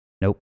nope